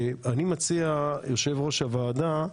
אני מציע, יושב-ראש הוועדה,